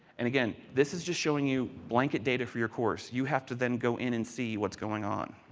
and again, this is just showing you blanket data for your course. you have to then go in and see what is going on.